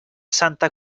santa